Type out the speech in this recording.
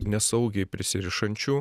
nesaugiai prisirišančių